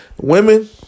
Women